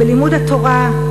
בלימוד התורה,